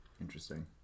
interesting